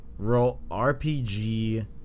RPG